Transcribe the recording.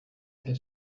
their